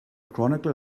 chronicle